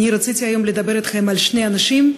אני רציתי היום לדבר אתכם על שני אנשים,